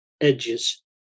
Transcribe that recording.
edges